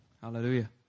Hallelujah